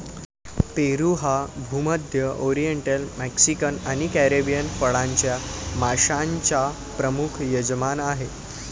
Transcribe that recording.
पेरू हा भूमध्य, oriental, Mexican आणि कॅरिबियन फळांच्या माश्यांचा प्रमुख यजमान आहे